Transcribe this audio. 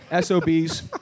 SOBs